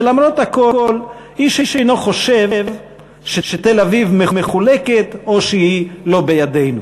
ולמרות הכול איש אינו חושב שתל-אביב מחולקת או שהיא לא בידינו.